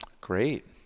Great